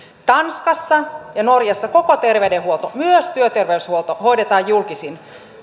tanskassa ja norjassa koko terveydenhuolto myös työterveyshuolto hoidetaan julkisin